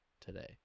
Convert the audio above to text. today